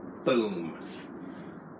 Boom